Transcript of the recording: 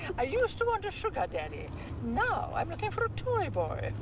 i used to want a sugar daddy now i'm looking for a toy boy.